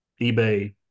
eBay